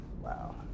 wow